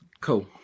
Cool